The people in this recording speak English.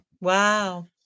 Wow